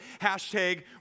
hashtag